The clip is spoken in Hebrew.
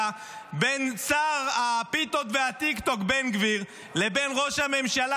בין שר הפיתות והטיקטוק בן גביר לבין ראש הממשלה,